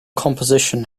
composition